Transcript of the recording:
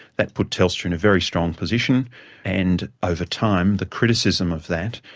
that put telstra in a very strong position and over time the criticism of that,